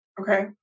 Okay